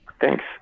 Thanks